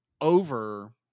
over